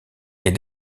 est